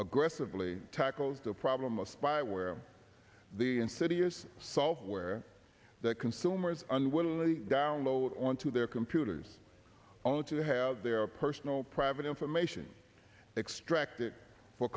aggressively tackles the problem of spyware the insidious software that consumers unwillingly download onto their computers only to have their personal private information extracted for